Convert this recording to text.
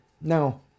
Now